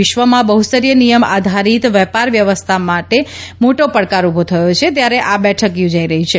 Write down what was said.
વિશ્વમાં બહુસ્તરીય નિયમ આધારીત વેપાર વ્યવસ્થા સામે મોટો પડકાર ઉભો થયો છે ત્યારે આ બેઠક યોજાઈ રહી છે